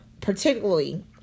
particularly